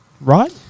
right